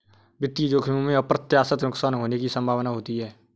वित्तीय जोखिमों में अप्रत्याशित नुकसान होने की संभावना होती है